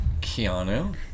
Keanu